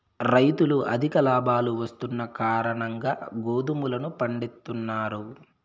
రైతులు అధిక లాభాలు వస్తున్న కారణంగా గోధుమలను పండిత్తున్నారు